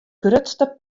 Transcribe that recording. grutste